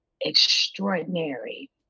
Extraordinary